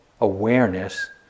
awareness